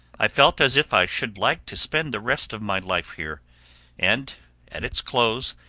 i felt as if i should like to spend the rest of my life here and at its close,